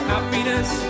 Happiness